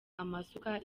amasuka